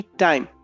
time